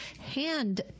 hand